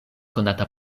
konata